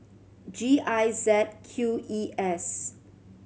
G I Z Q E S